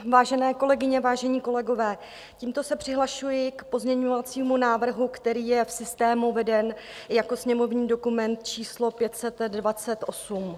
Vážené kolegyně, vážení kolegové, tímto se přihlašuji k pozměňovacímu návrhu, který je v systému veden jako sněmovní dokument číslo 528.